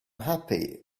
happy